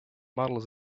models